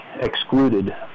excluded